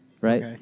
Right